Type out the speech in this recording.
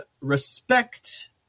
respect